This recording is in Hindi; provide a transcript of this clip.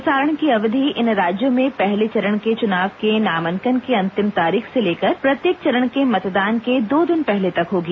प्रसारण की अवधि इन राज्यों में पहले चरण के चुनाव के नामांकन की अंतिम तारीख से लेकर प्रत्येक चरण के मतदान के दो दिन पहले तक होगी